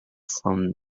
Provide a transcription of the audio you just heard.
from